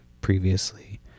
previously